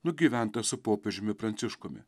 nugyventas su popiežiumi pranciškumi